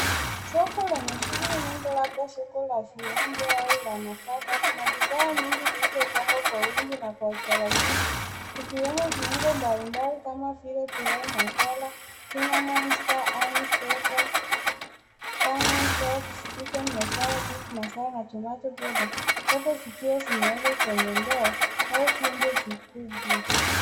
Soko lenye shughuli nyingi labda soko la viungo au la nafaka. Kuna bidhaa nyingi zilizopangwa kwa wingi na kwa utaratibu vikiwemo viungo mbali mbali kama vile pilau, masala cinamo, star anise, pepper, comin. glove, chicken masala , na tomato powder , zote zikiwa zimewekwa kwenye ndoo au vyombo vikubwa.